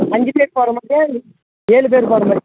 அஞ்சு பேர் போகறமாரியா ஏழு பேர் போகறமாரியா